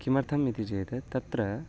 किमर्थम् इति चेत् तत्र